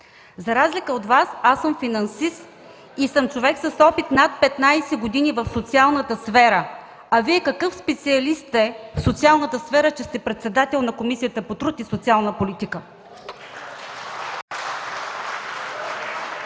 За разликата от Вас аз съм финансист и съм човек с опит над 15 години в социалната сфера, а Вие какъв специалист сте в социалната сфера, че сте председател на Комисията по труд и социална политика?!